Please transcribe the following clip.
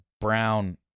brown